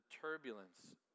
turbulence